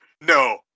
No